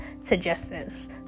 suggestions